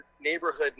neighborhood